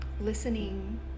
listening